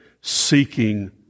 seeking